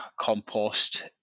compost